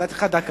נתתי לך דקה.